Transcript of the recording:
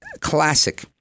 classic